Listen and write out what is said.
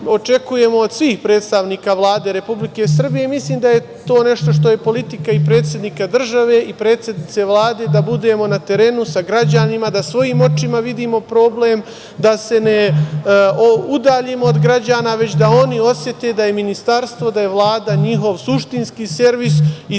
očekujemo od svih predstavnika Vlade Republike Srbije i mislim da je to nešto što je politika i predsednika države i predsednice Vlade, da budemo na terenu sa građanima, da svojim očima vidimo problem, da se ne udaljimo od građana, već da oni osete da je ministarstvo, da je Vlada njihov suštinski servis i